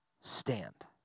stand